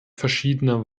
verschiedener